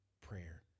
prayer